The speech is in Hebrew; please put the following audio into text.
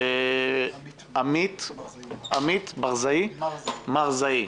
עמית מרזאי.